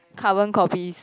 carbon copies